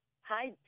Hi